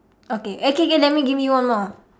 okay eh okay okay let me give you one more